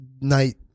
Night